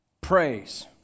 Praise